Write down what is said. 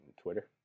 Twitter